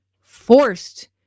forced